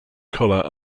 color